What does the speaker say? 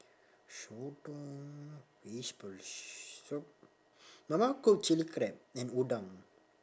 sotong fishball soup my mum cook chili crab and udang